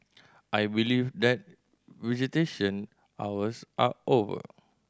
I believe that visitation hours are over